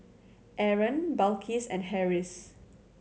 Aaron Balqis and Harris